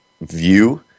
view